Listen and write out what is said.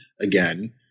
again